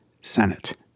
Senate